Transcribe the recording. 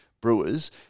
brewers